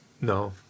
no